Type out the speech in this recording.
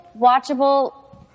watchable